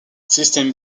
systems